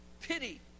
pity